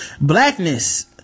Blackness